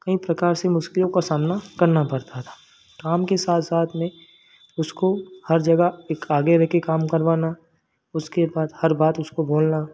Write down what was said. कई प्रकार से मुश्किलों का सामना करना पड़ता था तो काम के साथ साथ में उसको हर जगह एक आगे रह कर काम करवाना उसके बाद हर बात उसको बोलना